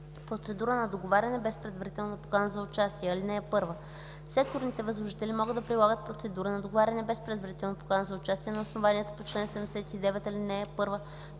„Процедура на договаряне без предварителна покана за участие Чл. 138. (1) Секторните възложители могат да прилагат процедура на договаряне без предварителна покана за участие, на основанията по чл. 79, ал. 1,